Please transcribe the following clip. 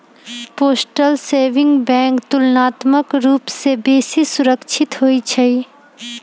postal saving bank तुलनात्मक रूप से बेशी सुरक्षित होइ छइ